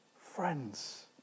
friends